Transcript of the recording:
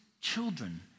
children